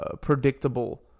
predictable